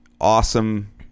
awesome